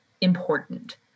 important